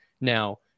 Now